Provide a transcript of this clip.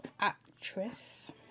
actress